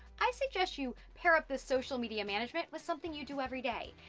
i suggest you pair up the social media management, with something you do every day.